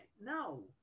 No